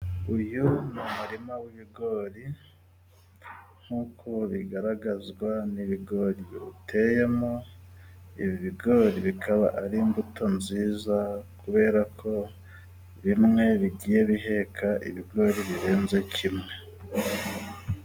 Uyu ni umurima w'ibigori nk'uko bigaragazwa n'ibigori biwuteyemo. Ibi bigori bikaba ari imbuto nziza kubera ko bimwe bigiye biheka ibigori birenze kimwe.